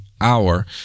hour